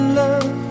love